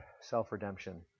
self-redemption